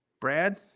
brad